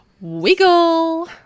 Wiggle